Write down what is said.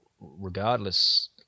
regardless